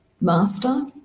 master